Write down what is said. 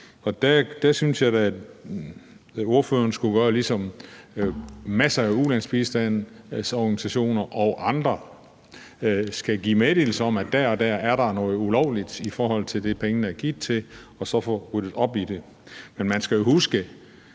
Og der synes jeg da, at ordføreren skulle gøre ligesom masser af ulandsbistandsorganisationer og andre, hvor man skal give meddelelse om, at der der og der er noget ulovligt i forhold til det, pengene er givet til, og så få ryddet op i det. Men man skal jo huske,